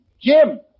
Jim